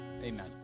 Amen